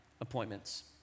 appointments